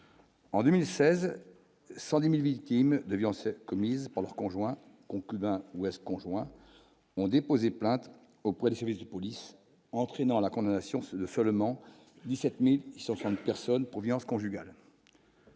En 2016, 110000 victimes de violences commises par leur conjoint, concubin ou est-ce conjoints ont déposé plainte auprès des services de police entraînera la condamnation de seulement 17 ni sur une personne pour violence conjugale.